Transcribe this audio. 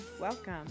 Welcome